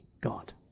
God